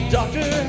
Doctor